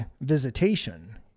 visitation